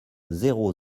zéro